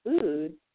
Food